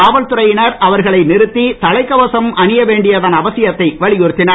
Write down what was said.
காவல்துறையினர் அவர்களை நிறுத்தி தலைக்கவசம் அணிய வேண்டியதன் அவசியத்தை வலியுறத்தினர்